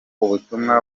ubutumwa